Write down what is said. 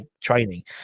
training